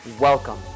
Welcome